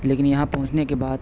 لیکن یہاں پہنچنے کے بعد